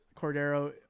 Cordero